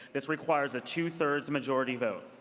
this requires a two-thirds majority vote.